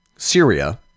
Syria